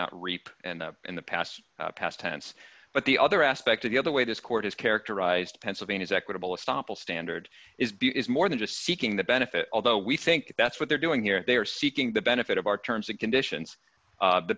not rape and in the past past tense but the other aspect of the other way this court is characterized pennsylvania's equitable stoppel standard is b is more than just seeking the benefit although we think that's what they're doing here they are seeking the benefit of our terms and conditions